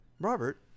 Robert